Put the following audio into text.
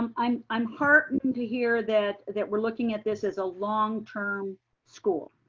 um i'm i'm heartened to hear that that we're looking at this as a longterm school,